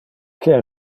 que